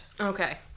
Okay